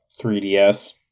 3DS